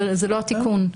זה לא התיקון.